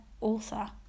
author